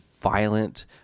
violent